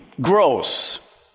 gross